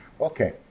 Okay